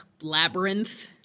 labyrinth